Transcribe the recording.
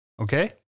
okay